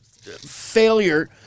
failure